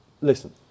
listen